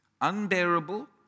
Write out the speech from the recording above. unbearable